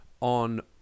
on